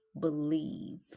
believe